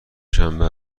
شنبه